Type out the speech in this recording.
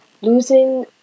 losing